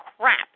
crap